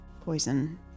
Poison